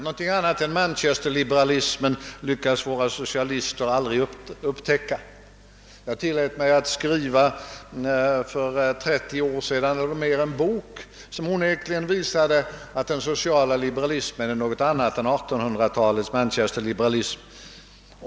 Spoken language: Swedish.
Någonting annat än Manchesterliberalismen lyckas våra socialister aldrig upptäcka. För trettio år sedan eller mer skrev jag en bok där det onekligen påvisas att den sociala liberalismen är något annat än 1800-talets Manchesterliberalism.